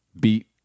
beat